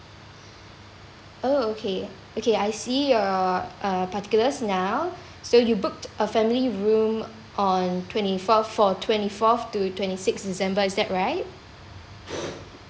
oh okay okay I see your uh particulars now so you booked a family room on twenty fourth for twenty fourth to twenty six december is that right